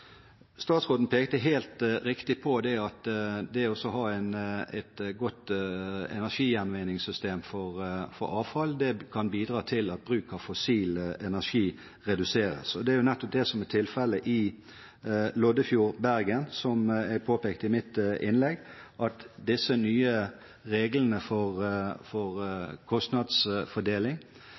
Statsråden pekte, helt riktig, på at det å ha et godt energigjenvinningssystem for avfall kan bidra til at bruk av fossil energi reduseres. Det er nettopp det som er tilfellet i Loddefjord, Bergen, som jeg påpekte i mitt innlegg. Med disse nye reglene for